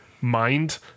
mind